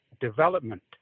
development